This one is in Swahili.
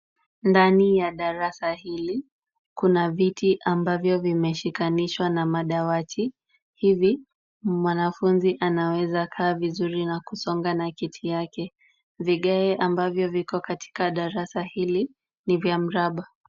Ndani ya darasa hili, kuna viti ambavyo vimeshikanishwa na madawati. Hivi, mwanafunzi anaweza kaa vizuri na kusonga na kiti yake. Vigae ambavyo viko katika darasa hili, ni vya mraba.